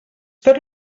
fer